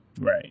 Right